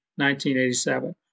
1987